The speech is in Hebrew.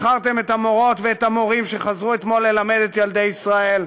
מכרתם את המורות ואת המורים שחזרו אתמול ללמד את ילדי ישראל,